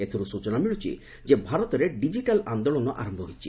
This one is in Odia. ଏଥିରୁ ସୂଚନା ମିଳୁଛି ଯେ ଭାରତରେ ଡିକିଟାଲ୍ ଆନ୍ଦୋଳନ ଆରମ୍ଭ ହୋଇଛି